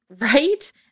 Right